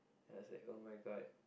then I was like [oh]-my-god